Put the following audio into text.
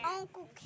Uncle